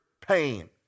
pain